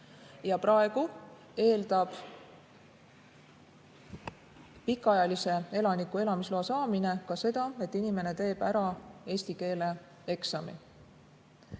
Praegu eeldab pikaajalise elaniku elamisloa saamine ka seda, et inimene teeb ära eesti keele eksami.